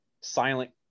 silent